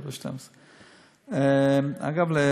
23:45 אגב,